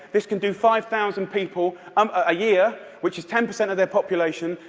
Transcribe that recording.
this can do five thousand people um a year, which is ten percent of their population,